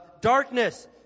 Darkness